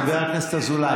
חבר הכנסת אזולאי,